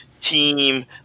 team